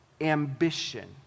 ambition